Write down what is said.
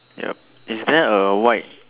yup is there a white